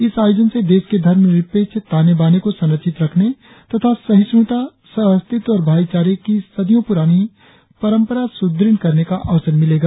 इस आयोजन से देश के धर्मनिरपेक्ष ताने बाने को संरक्षित रखने तथा सहिष्णुता सहअस्तित्व और भाइचारे की सदियों पुरानी पंरपरा सुदृढ़ करने का अवसर मिलेगा